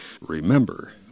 Remember